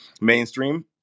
mainstream